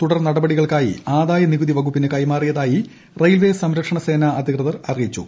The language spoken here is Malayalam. തുടർ നടപടികൾക്കായി ആദായനികുതി വകുപ്പിന് കൈമാറിയതായി റയിൽവേ സംരക്ഷണ സേന അധികൃതർ അറിയിച്ചു